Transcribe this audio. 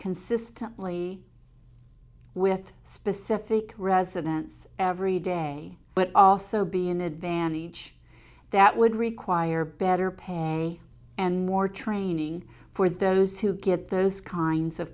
consistently with specific residence every day but also be an advantage that would require better pay and more training for those who get those kinds of